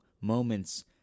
moments